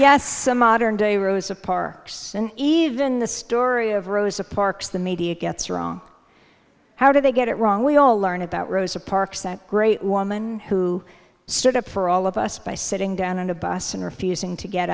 yes modern day rosa parks and even the story of rosa parks the media gets wrong how did they get it wrong we all learned about rosa parks that great woman who stood up for all of us by sitting down on a bus and refusing to get